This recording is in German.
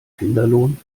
finderlohn